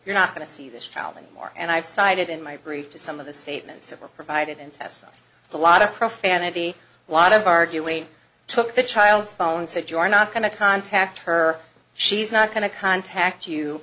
you're not going to see this child anymore and i have cited in my brief to some of the statements that were provided and as a lot of profanity lot of arguing took the child's phone so if you are not going to contact her she's not going to contact you